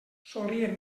solíem